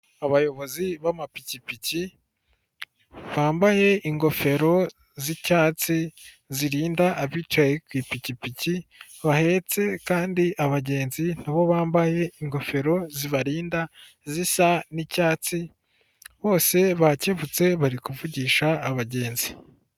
Abayobozi b'amapikipiki, bambaye ingofero z'icyatsi, zirinda abicaye ku ipikipiki, bahetse kandi abagenzi, na bo bambaye ingofero zibarinda, zisa n'icyatsi, bose bakebutse bari kuvugisha abagenzi.